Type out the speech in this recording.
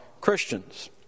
Christians